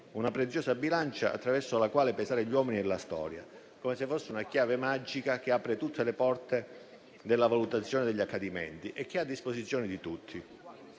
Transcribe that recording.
una preziosa bilancia attraverso la quale pesare gli uomini e la storia, come se fosse una chiave magica che apre tutte le porte della valutazione degli accadimenti ed è a disposizione di tutti.